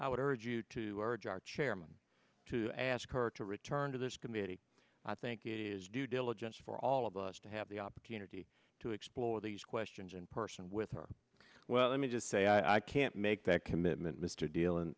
urge you to urge our chairman to ask her to return to this committee i think it is due diligence for all of us to have the opportunity to explore these questions in person with her well let me just say i can't make that commitment mr deal